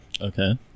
Okay